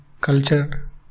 culture